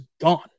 gone